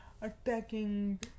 attacking